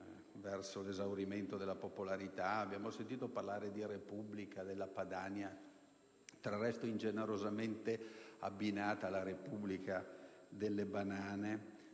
all'esaurimento. Abbiamo sentito parlare di Repubblica della Padania, del resto ingenerosamente abbinata alla repubblica delle banane.